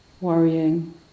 worrying